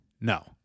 No